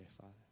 Father